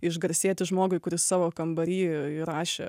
išgarsėti žmogui kuris savo kambary įrašė